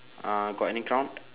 uh got any crown